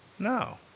No